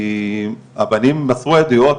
כי הבנים מסרו עדויות,